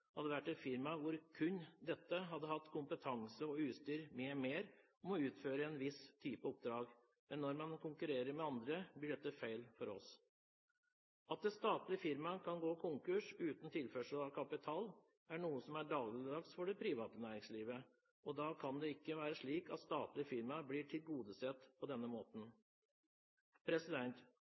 hadde vært et firma hvor kun dette hadde hatt kompetanse og utstyr m.m. til å utføre en viss type oppdrag, men når man konkurrerer med andre, blir dette feil for oss. At et firma kan gå konkurs uten tilførsel av kapital, er noe som er dagligdags for det private næringslivet, og da kan det ikke være slik at statlige firmaer blir tilgodesett på denne